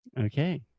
Okay